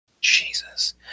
Jesus